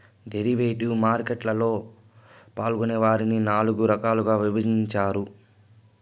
derivative market లలో పాల్గొనే వారిని నాల్గు రకాలుగా విభజించారు